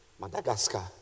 Madagascar